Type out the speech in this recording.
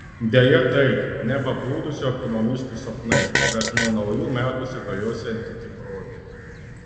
deja tai ne pablūdusių ekonomistų sapnai bet nuo naujų metų įsigaliosianti tikrovė